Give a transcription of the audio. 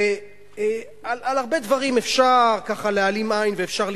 ועל הרבה דברים אפשר למחול,